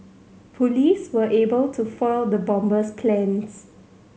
police were able to foil the bomber's plans